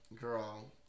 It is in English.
girl